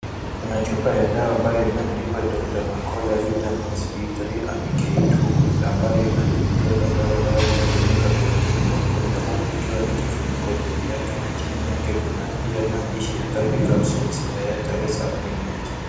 Kuna chupa ya dawa ambayo imeandikwa Dr.Mercola Vitamins D3 & K2 ambayo inabeba dawa ambayo inatumika kuwatibu wagonjwa huku ikiwa na kifuniko juu yake na chini yake kuna pia maandishi ya thirty capsules dietary supplement .